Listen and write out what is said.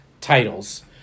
titles